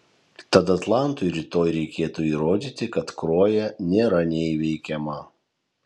tad atlantui rytoj reikėtų įrodyti kad kruoja nėra neįveikiama